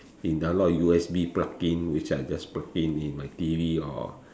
in a lot of U_S_B plug in which I just plug in my T_V or